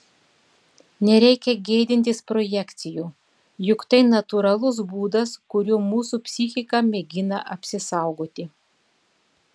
nereikia gėdintis projekcijų juk tai natūralus būdas kuriuo mūsų psichika mėgina apsisaugoti